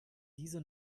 diese